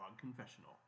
Confessional